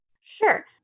Sure